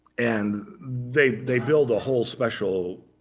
and they they build a whole special